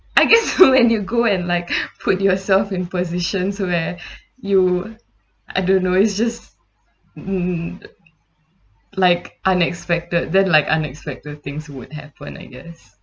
I guess who when you go and like put yourself in positions where you I don't know it's just mm uh like unexpected then like unexpected things would happen I guess